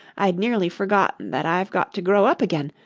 i'd nearly forgotten that i've got to grow up again!